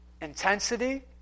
intensity